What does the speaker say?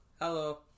Hello